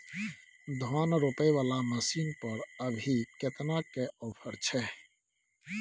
धान रोपय वाला मसीन पर अभी केतना के ऑफर छै?